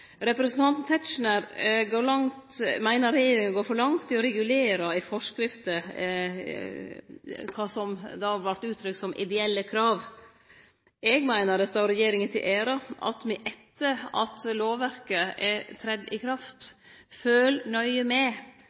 Representanten Tetzschner meiner eg går for langt i å regulere i forskrifter kva som vert uttrykt som «ideelle krav». Eg meiner det er regjeringa til ære at me etter at lovverket har teke til å gjelde, følgjer nøye med